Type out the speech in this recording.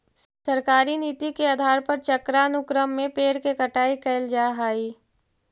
सरकारी नीति के आधार पर चक्रानुक्रम में पेड़ के कटाई कैल जा हई